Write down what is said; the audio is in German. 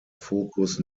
fokus